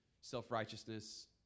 self-righteousness